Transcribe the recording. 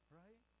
right